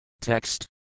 Text